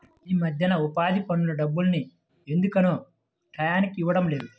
యీ మద్దెన ఉపాధి పనుల డబ్బుల్ని ఎందుకనో టైయ్యానికి ఇవ్వడం లేదు